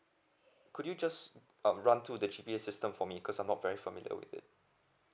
could you just uh run through the G_P_A system for me cause I'm not very familiar with it